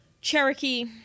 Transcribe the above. Cherokee